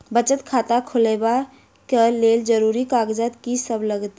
बचत खाता खोलाबै कऽ लेल जरूरी कागजात की सब लगतइ?